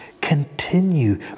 continue